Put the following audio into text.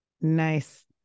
Nice